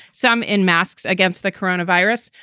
some in masks against the corona virus,